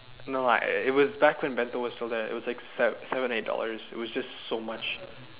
no what it it was back when bento was still there it was like se~ seven eight dollars it was just so much